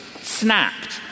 snapped